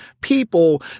people